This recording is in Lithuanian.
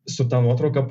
su ta nuotrauka